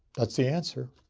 that's the answer.